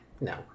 No